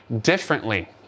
differently